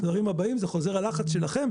זה חוזר ללחץ שלכם.